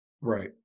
Right